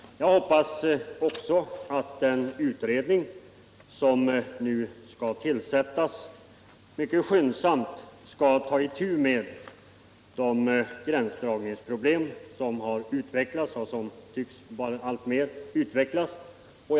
Jag hoppas att den utredning som nu skall tillsättas mycket skyndsamt tar itu med de gränsdragningsproblem som utvecklats och som tycks utvecklas alltmer.